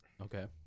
Okay